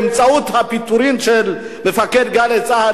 באמצעות הפיטורים של מפקד "גלי צה"ל".